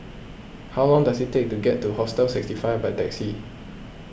how long does it take to get to Hostel sixty five by taxi